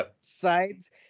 sides